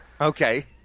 Okay